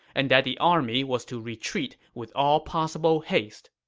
and that the army was to retreat with all possible haste